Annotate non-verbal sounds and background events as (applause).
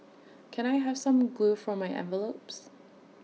can I have some glue for my envelopes (noise)